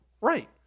Right